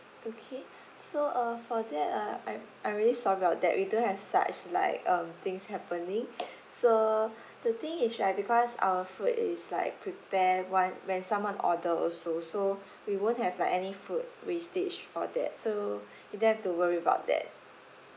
okay so uh for that uh I'm I'm really sorry about that we don't have such like um things happening so the thing is right because our food is like prepare while when someone order also so we won't have like any food wastage for that so you don't have to worry about that